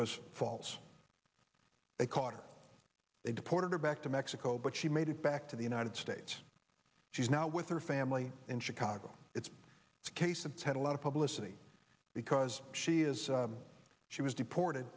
was false they caught her they deported her back to mexico but she made it back to the united states she's now with her family in chicago it's a case of ten a lot of publicity because she is she was deported